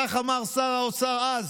כך אמר שר האוצר אז